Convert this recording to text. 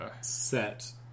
set